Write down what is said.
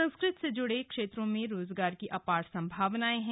संस्कृत से जुड़े क्षेत्रों में रोजगार की अपार संभावनाएं हैं